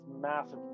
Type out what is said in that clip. massive